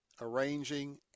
arranging